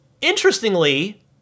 interestingly